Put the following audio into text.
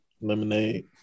Lemonade